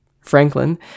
Franklin